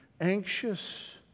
anxious